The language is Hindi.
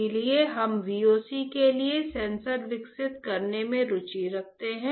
इसलिए हम VOC के लिए सेंसर विकसित करने में रुचि रखते हैं